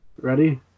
Ready